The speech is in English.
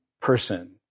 person